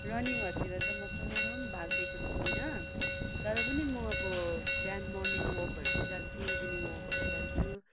रनिङहरूतिर त म कुनैमा भाग लिएको त छुइनँ तर पनि म अब बिहान मर्निङ वल्कहरू चाहिँ जान्छु इभिनिङ वल्कहरू जान्छु